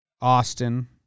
Austin